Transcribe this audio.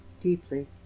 deeply